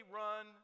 run